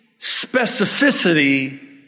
specificity